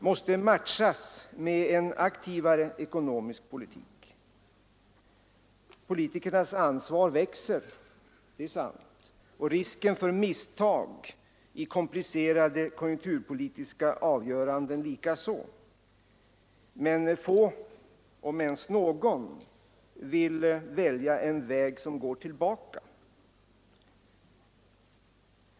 måste matchas med en aktivare ekonomisk politik. Politikernas ansvar växer, det är sant, och risken för misstag i komplicerade konjunkturpolitiska avgöranden likaså, men få om ens någon vill välja en väg som går tillbaka.